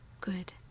Good